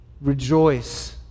rejoice